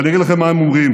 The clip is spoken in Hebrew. ואני אגיד לכם מה הם אומרים.